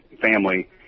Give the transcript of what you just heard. family